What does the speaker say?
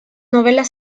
novelas